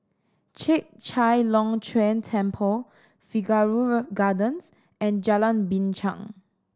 Chek Chai Long Chuen Temple Figaro Gardens and Jalan Binchang